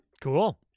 Cool